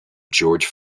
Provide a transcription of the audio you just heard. george